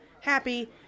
Happy